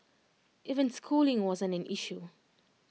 even schooling wasn't an issue